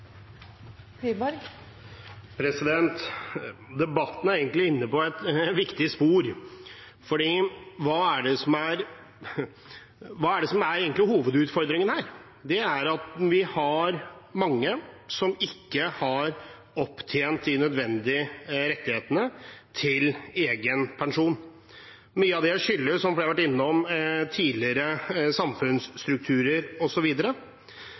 det som egentlig er hovedutfordringen her? Det er at vi har mange som ikke har opptjent de nødvendige rettighetene til egen pensjon. Mye av det skyldes, som flere har vært innom, tidligere samfunnsstrukturer